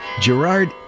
Gerard